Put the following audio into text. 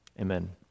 Amen